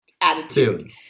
attitude